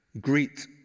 Greet